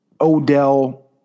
Odell